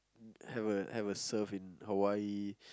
have a have a surf in Hawaii